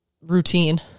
routine